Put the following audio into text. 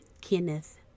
Kenneth